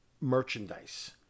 merchandise